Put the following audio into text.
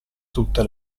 tutte